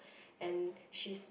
and she's